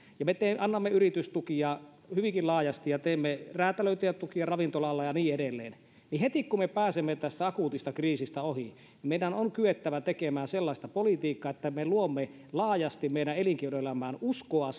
ja annamme yritystukia hyvinkin laajasti ja teemme räätälöityjä tukija ravintola alalle ja niin edelleen niin heti kun me pääsemme tästä akuutista kriisistä ohi meidän on kyettävä tekemään sellaista politiikkaa että me luomme laajasti meidän elinkeinoelämään uskoa